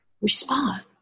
respond